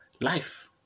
life